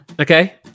Okay